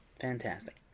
Fantastic